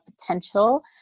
potential